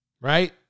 right